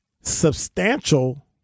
substantial